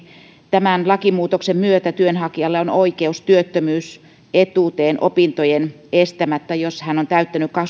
tämän lakimuutoksen myötä työnhakijalla on oikeus työttömyysetuuteen opintojen estämättä jos hän on täyttänyt